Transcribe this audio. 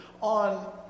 on